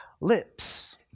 lips